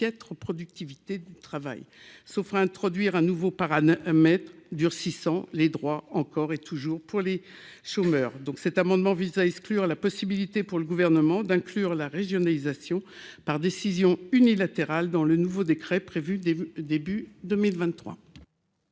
productivité du travail, sauf à introduire un nouveau parrain maître durcissant les droits encore et toujours pour les chômeurs, donc, cet amendement vise à exclure la possibilité pour le gouvernement d'inclure la régionalisation par décision unilatérale dans le nouveau décret prévu dès début 2023.